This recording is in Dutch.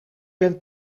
ben